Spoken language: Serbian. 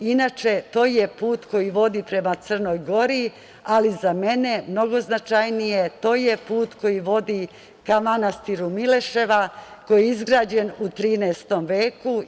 Inače, to je put koji vodi prema Crnog Gori, ali za mene mnogo značajnije je to što je to put koji vodi ka manastiru Mileševa, koji je izgrađen u XIII veku.